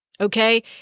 Okay